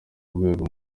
rwego